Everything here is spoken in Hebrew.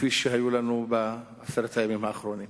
כפי שהיו לנו בעשרת הימים האחרונים.